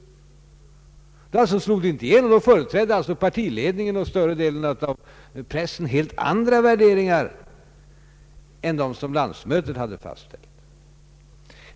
Då slog det alltså inte igenom, och då företrädde partiledningen och större delen av pressen helt andra värderingar än dem som landsmötet hade fastställt.